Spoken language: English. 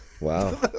Wow